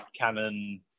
Canon